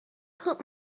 put